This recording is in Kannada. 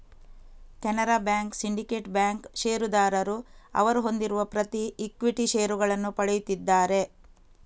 ಕೆನರಾ ಬ್ಯಾಂಕ್, ಸಿಂಡಿಕೇಟ್ ಬ್ಯಾಂಕ್ ಷೇರುದಾರರು ಅವರು ಹೊಂದಿರುವ ಪ್ರತಿ ಈಕ್ವಿಟಿ ಷೇರುಗಳನ್ನು ಪಡೆಯುತ್ತಿದ್ದಾರೆ